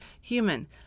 human